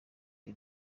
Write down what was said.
the